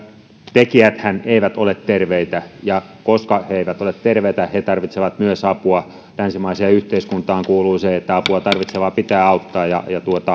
tekijäthän eivät ole terveitä ja koska he eivät ole terveitä he tarvitsevat myös apua länsimaiseen yhteiskuntaan kuuluu se että apua tarvitsevaa pitää auttaa ja